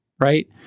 right